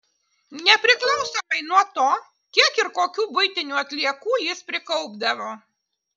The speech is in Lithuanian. nepriklausomai nuo to kiek ir kokių buitinių atliekų jis prikaupdavo